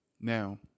Now